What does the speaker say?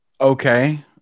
Okay